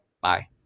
Bye